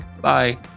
bye